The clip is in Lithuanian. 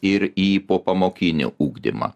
ir į popamokinį ugdymą